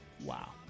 Wow